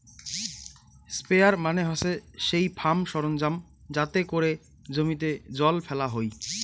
sprayer মানে হসে সেই ফার্ম সরঞ্জাম যাতে করে জমিতে জল ফেলা হই